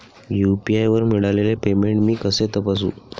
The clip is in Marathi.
यू.पी.आय वर मिळालेले पेमेंट मी कसे तपासू?